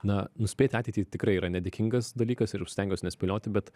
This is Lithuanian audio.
na nuspėti ateitį tikrai yra nedėkingas dalykas ir stengiuos nespėlioti bet